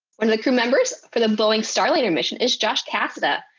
one of the crew members for the boeing starliner mission is josh cassada,